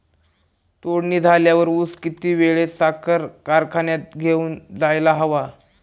तोडणी झाल्यावर ऊस किती वेळात साखर कारखान्यात घेऊन जायला हवा?